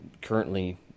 currently